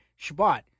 Shabbat